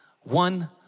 one